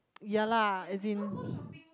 ya lah as in